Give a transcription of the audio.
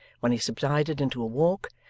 when he subsided into a walk,